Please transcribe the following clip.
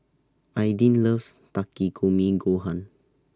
Aydin loves Takikomi Gohan